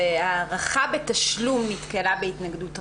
וההארכה בתשלום נתקלה בהתנגדות רבה,